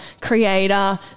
creator